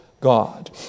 God